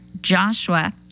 Joshua